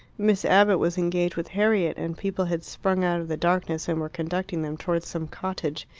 miss abbott was engaged with harriet, and people had sprung out of the darkness and were conducting them towards some cottage.